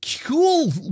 cool